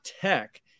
Tech